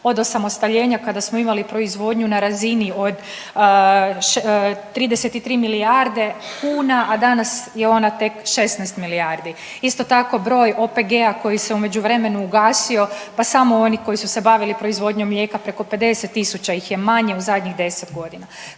od osamostaljenja kada smo imali proizvodnju na razini od 33 milijarde kuna, a danas je ona tek 16 milijardi. Isto tako broj OPG-a koji se u međuvremenu ugasio pa samo oni koji su se bavili proizvodnjom mlijeka preko 50.000 ih je manje u zadnjih 10 godina.